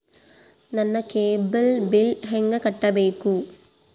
ನನ್ನ cable bill ಹೆಂಗ ಕಟ್ಟಬೇಕು?